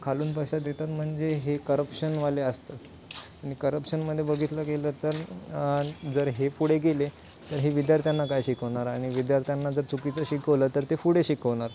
खालून पैसा देतात म्हणजे हे करप्शनवाले असतात आणि करप्शनमध्ये बघितलं गेलं तर जर हे पुढे गेले तर हे विद्यार्थ्यांना काय शिकवणार आणि विद्यार्थ्यांना जर चुकीचं शिकवलं तर ते पुढे शिकवणार